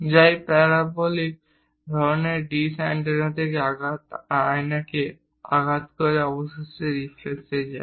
যা এই প্যারাবোলিক ধরণের ডিশ অ্যান্টেনা আয়নাকে আঘাত করে অবশেষে রিফ্লাক্সে যায়